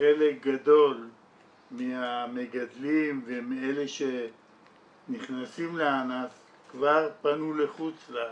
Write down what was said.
חלק גדול מהמגדלים ומאלה שנכנסים לענף כבר פנו לחוץ-לארץ.